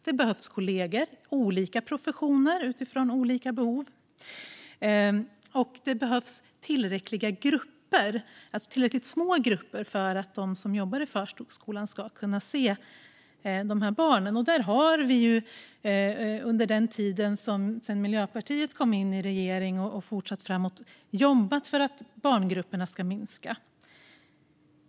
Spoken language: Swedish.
Det behövs kollegor, olika professioner utifrån olika behov, och det behövs tillräckligt små grupper så att de som jobbar i förskolan kan se barnen. Där har vi, under den tid som gått sedan Miljöpartiet kom in i regeringen, jobbat för att barngrupperna ska minska.